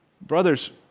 brothers